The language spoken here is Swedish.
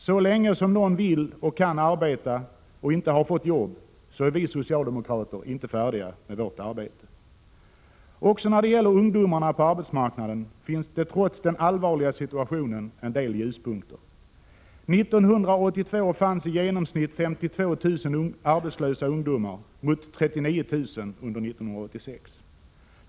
Så länge någon som vill och kan arbeta inte har fått jobb är vi socialdemokrater inte färdiga med vårt arbete. Också när det gäller ungdomarna på arbetsmarknaden finns det trots den allvarliga situationen en del ljuspunkter. 1982 fanns i genomsnitt 52 000 arbetslösa ungdomar, mot 39 000 under 1986.